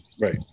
Right